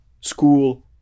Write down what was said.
School